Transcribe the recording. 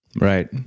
Right